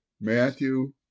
Matthew